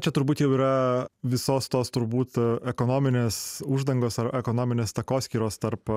čia turbūt jau yra visos tos turbūt ekonominės uždangos ar ekonominės takoskyros tarp